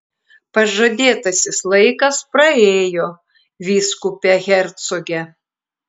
pažadėtasis laikas praėjo vyskupe hercoge